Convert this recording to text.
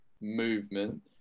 movement